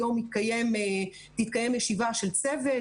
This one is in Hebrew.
היום מתקיימת ישיבת צוות,